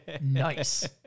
Nice